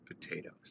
potatoes